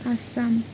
Assam